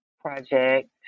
project